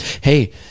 Hey